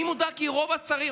אני מודאג כי רוב השרים,